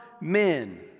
men